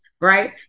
right